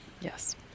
Yes